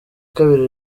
kabiri